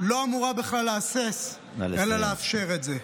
לא אמורה בכלל להסס, אלא לאפשר את זה.